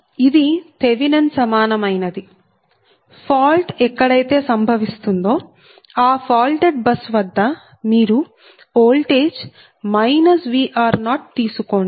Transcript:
ఇది థెవినెన్ సమానమైన ది ఫాల్ట్ ఎక్కడైతే సంభవిస్తుందో ఆ ఫాల్టెడ్ బస్ వద్ద మీరు ఓల్టేజ్ Vr 0 తీసుకోండి